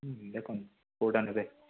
ଦେଖନ୍ତୁ କେଉଁଟା ନେବେ